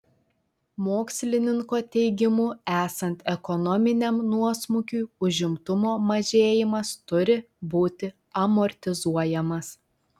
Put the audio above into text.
mokslininko teigimu esant ekonominiam nuosmukiui užimtumo mažėjimas turi būti amortizuojamas